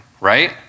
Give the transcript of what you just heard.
right